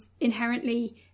inherently